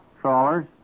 trawlers